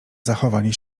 zachowanie